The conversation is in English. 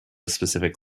specific